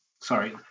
sorry